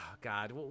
God